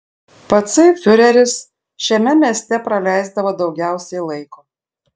patsai fiureris šiame mieste praleisdavo daugiausiai laiko